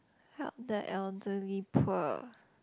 help the elderly poor